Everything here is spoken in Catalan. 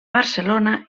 barcelona